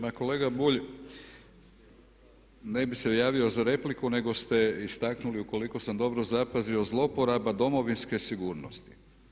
Ma kolega Bulj, ne bih se javio za repliku nego ste istaknuli ukoliko sam dobro zapazio zlouporaba Domovinske sigurnosti.